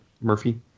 murphy